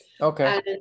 Okay